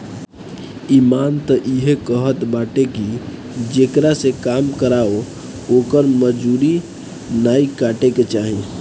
इमान तअ इहे कहत बाटे की जेकरा से काम करावअ ओकर मजूरी नाइ काटे के चाही